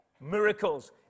miracles